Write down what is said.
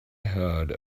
heard